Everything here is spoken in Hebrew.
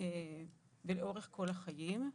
ולאורך כל החיים.